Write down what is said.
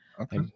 Okay